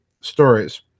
stories